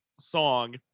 song